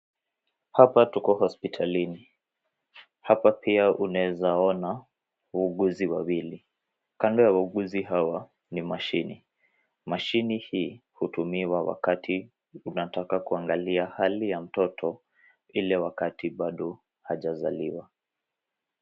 Hapa tuko hospitalini. Hapa pia unaweza ona wauguzi wawili. Kando ya wauguzi hawa ni mashini. Mashini hii hutumiwa wakati unataka kuangalia hali ya mtoto, ile wakati bado hajazaliwa.